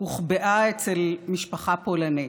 הוחבאה אצל משפחה פולנית.